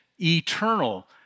eternal